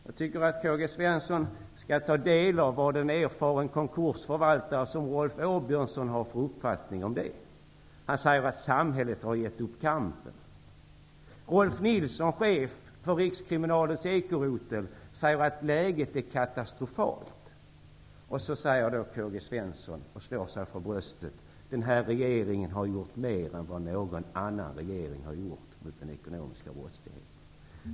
Jag tycker att K-G Svenson skall ta del av vad en erfaren konkursförvaltare som Rolf Åbjörnsson har för uppfattning om det. Han säger att samhället har gett upp kampen. Rolf Nilsson, chef för rikskriminalens ekorotel, säger att läget är katastrofalt. Då säger K-G Svenson och slår sig för bröstet: Den här regeringen har gjort mer än vad någon annan regering har gjort mot den ekonomiska brottsligheten.